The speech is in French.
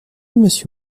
monsieur